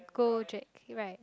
go jack right